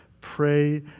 Pray